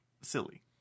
silly